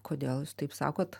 kodėl jūs taip sakot